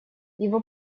его